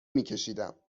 میکشیدم